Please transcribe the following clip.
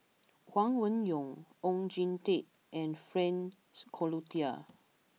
Huang Wenhong Oon Jin Teik and Frank Cloutier